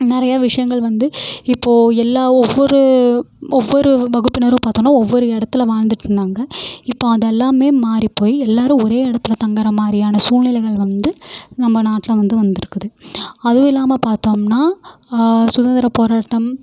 நிறைய விஷயங்கள் வந்து இப்போது எல்லாம் ஒவ்வொரு ஒவ்வொரு வகுப்பினரும் பார்த்தோன்னா ஒவ்வொரு இடத்துல வாழ்ந்துட்டிருந்தாங்க இப்போது அதெல்லாமே மாறி போய் எல்லாேரும் ஒரே இடத்துல தங்குகற மாதிரியான சூழ்நிலைகள் வந்து நம்ம நாட்டில் வந்து வந்திருக்குது அதுவும் இல்லாமல் பார்த்தோம்னா சுதந்திர போராட்டம்